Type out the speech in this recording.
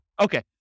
Okay